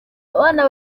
abana